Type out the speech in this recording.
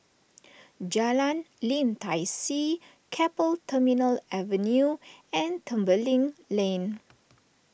Jalan Lim Tai See Keppel Terminal Avenue and Tembeling Lane